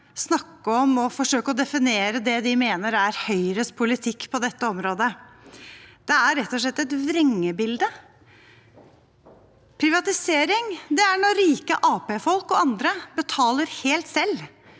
snakke om og forsøke å definere det de mener er Høyres politikk på området. Det er rett og slett et vrengebilde. Privatisering er når rike Arbeiderparti-folk og andre betaler helt selv